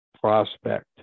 prospect